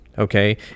Okay